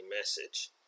message